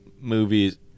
movies